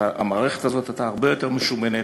המערכת הזאת הייתה הרבה יותר משומנת,